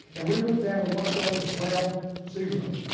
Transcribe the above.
and we went down to what's known as ground zero.